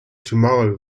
tomorrow